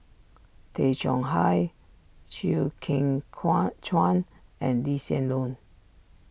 Tay Chong Hai Chew Kheng Chuan and Lee Hsien Loong